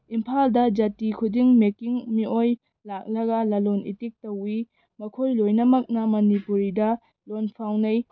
ꯏꯝꯐꯥꯜꯗ ꯖꯥꯇꯤ ꯈꯨꯗꯤꯡ ꯃꯤꯑꯣꯏ ꯂꯥꯛꯂꯒ ꯂꯂꯣꯜꯏꯇꯤꯛ ꯇꯧꯋꯤ ꯃꯈꯣꯏ ꯂꯣꯏꯅꯃꯛꯅ ꯃꯅꯤꯄꯨꯔꯤꯗ ꯂꯣꯜ ꯐꯥꯎꯅꯩ